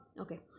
Okay